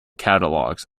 catalogues